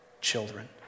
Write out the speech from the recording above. children